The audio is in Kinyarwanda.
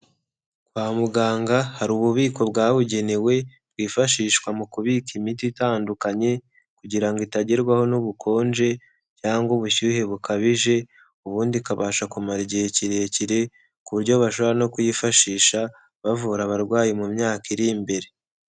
Kwa muganga hari ububiko bwabugenewe, bwifashishwa mu kubika imiti itandukanye kugira ngo itagerwaho n'ubukonje cyangwa ubushyuhe bukabije, ubundi ikabasha kumara igihe kirekire ku buryo bashobora no kuyifashisha bavura abarwayi mu myaka iri imbere.